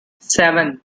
seven